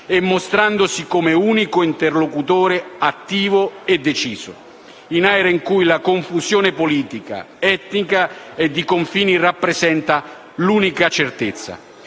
e mostrandosi come unico interlocutore, attivo e deciso, in aree in cui la confusione politica, etnica e di confini rappresenta l'unica certezza.